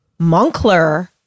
Moncler